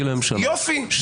הוא לא מפסיק, רבותיי.